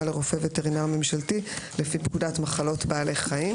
לרופא וטרינר ממשלתי לפי פקודת מחלות בעלי חיים.